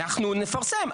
אנחנו נפרסם,